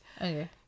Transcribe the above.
Okay